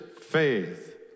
faith